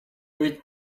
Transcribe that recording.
үед